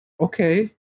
okay